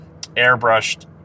airbrushed